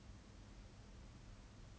ya she worked a lot during poly